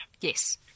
Yes